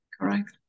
correct